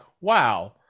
wow